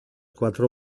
quattro